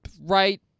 Right